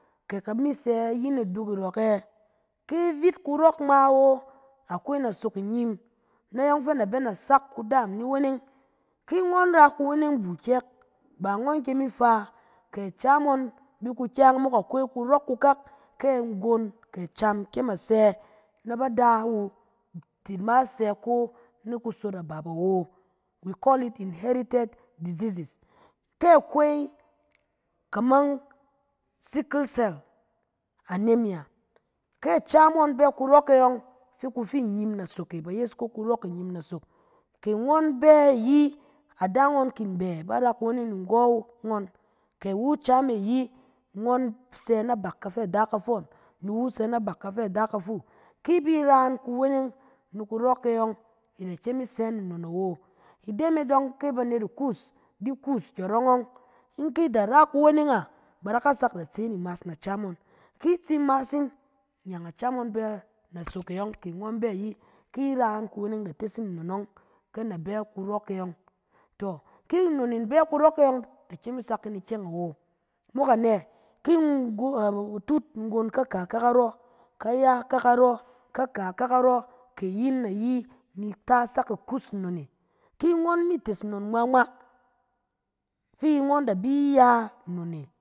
Ke ka mi sɛ iyin iduk irɔk ɛ? Ki vit kurɔk ngma wo? Akwe nasok inyim, na yɔng fɛ na bɛ na sak kudaam ni weneng. Ki ngɔn ra kuweneng buu kyɛk, ba ngɔn i kyem ifa, kɛ acam ngɔn bi kukyang, mok akwe kurɔk kukak, kɛ nggon kɛ acam kyem a sɛ na bada wu, ki-ma sɛ ko ni kusot abap awo. We call it inheritant diseases, ke akwei kaman sickle cell anemia, ke acam ngɔn bɛ kurɔk e yɔng, fi ku fi nyim nasok e, ba yes iko kurɔk inyim nasok. Kɛ ngɔn bɛ ayi, ada ngɔn kin bɛ, ba ra kuweneng ni nggɔ wu- ngɔn, kɛ wu acam e ayi, ngɔn sɛ na bak kafɛ ada kafɔɔn, ni wu sɛ na bak kafɛ ada kafuu. Ki bi ra yin kuweneng ni kurɔ e yɔng, i da kyem i bi sɛ yin nnon awo. Ide me dɔng ke banet ikuus, di kuus kyɔrɔng ɔng. In ki da ra kuweneng a? Ba da ka sak da tse yin imaas na cam ngɔn. Ki tsi maas yin, nyan acam ngɔn bɛ nasok e yɔng, kɛ ngɔn bɛ ayi, ki i ra yin kuweneng, da tes yin nnon ɔng, fɛ na bɛ kurɔk e yɔng. Tɔ! Ki nnon yin bɛ kurɔk e yɔng, i da kyem i sak yin ikyɛng awo, mok anɛ? Ki nggon a-wu- atut, nggon ka ka, ka ka rɔ, ka ye, ka ka rɔ, ka ka, ka ka rɔ, ke yin ayi, ni ta sak ikus nnon e. Ki ngɔn mi tes nnon ngma ngma, fi ngɔn da bi ya nnon e.